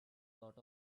lot